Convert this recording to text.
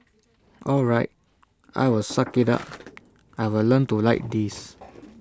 all right I'll suck IT up I'll learn to like this